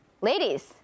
Ladies